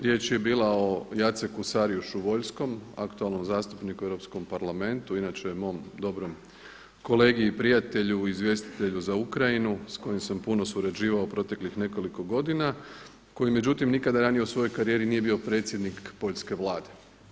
Riječ je bila o Jaceku Saryuszu Wolskom aktualnom zastupniku u Europskom parlamentu inače mom dobrom kolegi i prijatelju, izvjestitelju za Ukrajinu s kojim sam puno surađivao u proteklih nekoliko godina, koji međutim nikada ranije u svojoj karijeri nije bio predsjednik poljske Vlade.